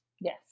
Yes